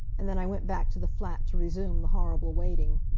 and then i went back to the flat to resume the horrible waiting.